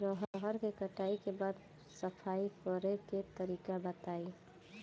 रहर के कटाई के बाद सफाई करेके तरीका बताइ?